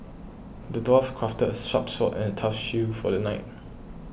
the dwarf crafted a sharp sword and a tough shield for the knight